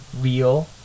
real